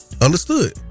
Understood